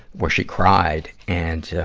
where she cried. and,